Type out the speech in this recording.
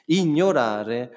ignorare